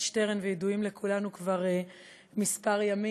שטרן וידועים לכולנו כבר כמה ימים,